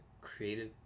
creative